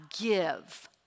give